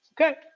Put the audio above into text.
Okay